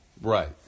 Right